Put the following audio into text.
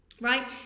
right